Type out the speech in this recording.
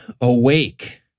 Awake